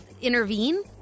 intervene